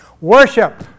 worship